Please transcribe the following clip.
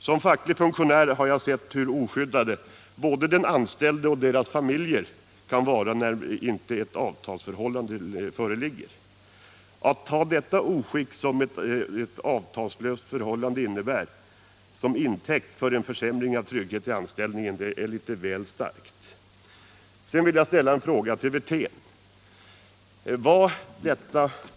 Som facklig funktionär har jag sett hur oskyddade de anställda och deras familjer kan vara när inte ett avtalsförhållande föreligger. Att ta det oskick som ett avtalslöst förhållande innebär till intäkt för en försämring av tryggheten i anställningen är väl starkt. Sedan skulle jag vilja ställa en fråga till Rolf Wirtén.